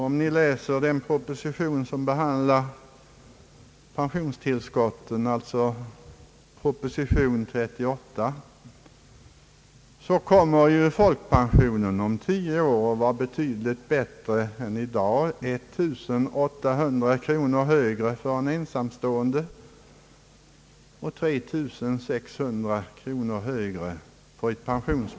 Om man läser proposition nr 38 som behandlar pensionstillskotten, finner man att folkpensionen om tio år kommer att vara betydligt större än i dag, 1800 kronor högre för ensamstående och 3 600 kronor högre för makar som båda har pension.